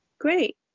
Great